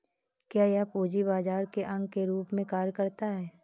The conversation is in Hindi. क्या यह पूंजी बाजार के अंग के रूप में कार्य करता है?